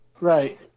Right